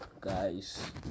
guys